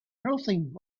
nothing